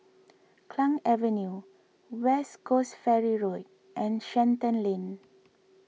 Klang Avenue West Coast Ferry Road and Shenton Lane